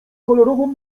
kolorową